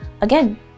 again